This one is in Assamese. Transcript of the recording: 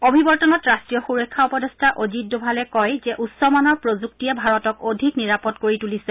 অভিৱৰ্তনত ৰাষ্টীয় সুৰক্ষা উপদেষ্টা অজিত ডোভালে কয় যে উচ্চমানৰ প্ৰযুক্তিয়ে ভাৰতক অধিক নিৰাপদ কৰি তুলিছে